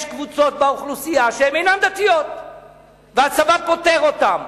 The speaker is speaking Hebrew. ויש קבוצות באוכלוסייה שהן אינן דתיות והצבא פוטר אותן.